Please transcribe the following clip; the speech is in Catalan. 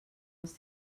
els